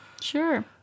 Sure